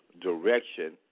direction